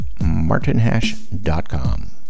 martinhash.com